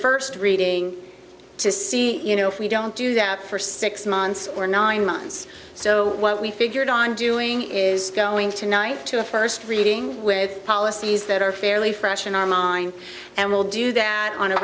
first reading to see if we don't do that for six months or nine months so what we figured on doing is going to night to a first reading with policies that are fairly fresh in our mind and we'll do that on a